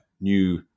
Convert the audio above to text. new